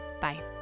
bye